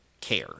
care